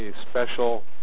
special